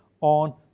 on